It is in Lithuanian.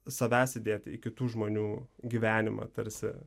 savęs įdėti į kitų žmonių gyvenimą tarsi